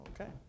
Okay